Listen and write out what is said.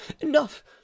enough